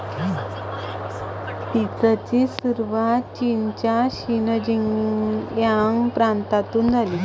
पीचची सुरुवात चीनच्या शिनजियांग प्रांतातून झाली